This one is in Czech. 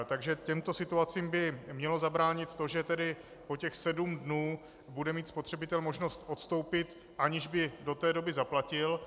Takže těmto situacím by mělo zabránit to, že po těch sedm dnů bude mít spotřebitel možnost odstoupit, aniž by do té doby zaplatil.